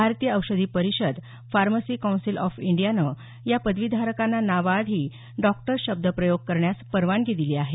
भारतीय औषधी परिषद फार्मसी कौन्सिल ऑफ इंडियानं या पदवीधारकांना नावाआधी डॉक्टर शब्दप्रयोग करण्यास परवानगी दिली आहे